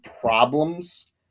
problems